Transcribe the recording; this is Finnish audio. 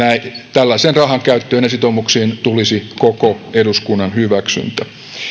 tällaisen rahan käyttöön ja sitoumuksiin tulisi koko eduskunnan hyväksyntä